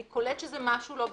אני קולט שזה משהו לא בסדר,